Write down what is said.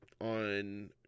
on